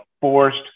forced